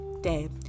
day